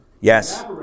Yes